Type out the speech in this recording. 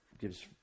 gives